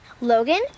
Logan